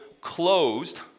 closed